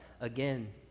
again